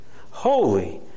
holy